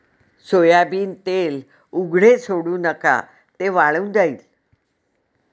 soybean तेल उघडे सोडू नका, ते वाळून जाईल